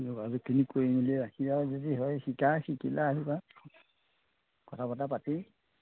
যোগাযোগখিনি কৰি মেলি ৰাখি আৰু যদি হয় শিকা শিকিলে আহিবা কথা বাৰ্তা পাতি